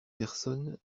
personne